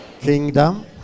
Kingdom